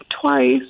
twice